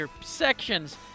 sections